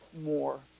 more